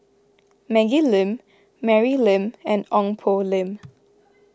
Maggie Lim Mary Lim and Ong Poh Lim